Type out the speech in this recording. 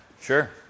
Sure